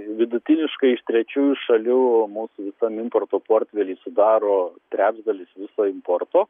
vidutiniškai iš trečiųjų šalių mūsų visą portfelį sudaro trečdalis viso importo